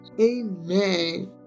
Amen